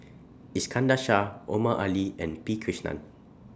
Iskandar Shah Omar Ali and P Krishnan